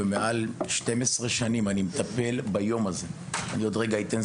מעל 12 שנים אני מטפל ביום הזה ועוד רגע גם אתן